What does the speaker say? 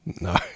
No